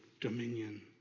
dominion